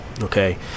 Okay